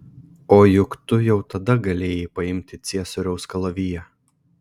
o juk tu jau tada galėjai paimti ciesoriaus kalaviją